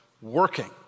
working